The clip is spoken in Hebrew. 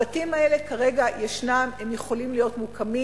הבתים האלה כרגע ישנם, הם יכולים להיות מוקמים.